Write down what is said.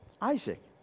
Isaac